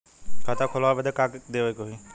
खाता खोलावे बदी का का देवे के होइ?